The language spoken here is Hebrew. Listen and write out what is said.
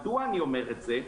מדוע אני אומר את זה?